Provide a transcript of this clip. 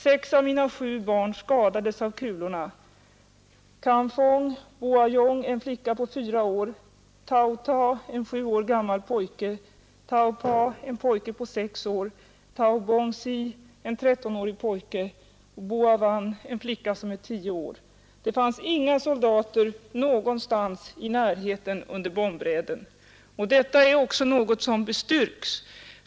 Sex av mina sju barn skadades av kulorna, Khamphong, Boua Young, en flicka på fyra år, Thao Tha, en sju år gammal pojke, Thao Pha, en pojke på sex år, Thao Bong Sii, en trettonårig pojke och Boua Van, en flicka som är tio år. Det fanns inga soldater någonstans i närheten under bombräden.” Detta är också något som bestyrkts av alla vittnesmål.